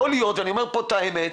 יכול להיות ואני אומר פה את האמת,